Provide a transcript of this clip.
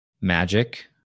magic